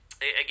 again